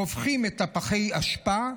הופכים את פחי האשפה,